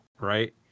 right